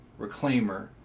reclaimer